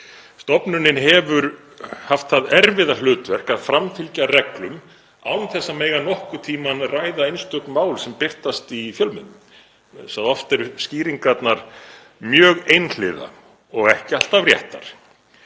Stofnunin hefur haft það erfiða hlutverk að framfylgja reglum án þess að mega nokkurn tímann að ræða einstök mál sem birtast í fjölmiðlum. Oft eru skýringarnar mjög einhliða og ekki alltaf réttar